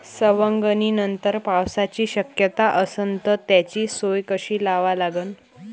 सवंगनीनंतर पावसाची शक्यता असन त त्याची सोय कशी लावा लागन?